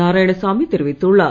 நாராயணசாமி தெரிவித்துள்ளார்